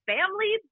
Family